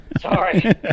Sorry